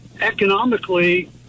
economically